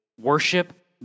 worship